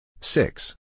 Six